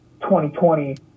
2020